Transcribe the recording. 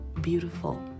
beautiful